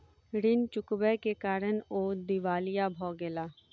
ऋण चुकबै के कारण ओ दिवालिया भ गेला